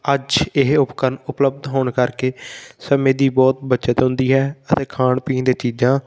ਅੱਜ ਇਹ ਉਪਕਰਣ ਉਪਲੱਬਧ ਹੋਣ ਕਰਕੇ ਸਮੇਂ ਦੀ ਬਹੁਤ ਬੱਚਤ ਹੁੰਦੀ ਹੈ ਅਤੇ ਖਾਣ ਪੀਣ ਦੀਆਂ ਚੀਜ਼ਾਂ